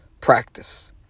practice